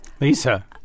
Lisa